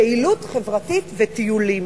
פעילות חברתית וטיולים.